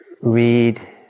read